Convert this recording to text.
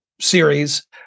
series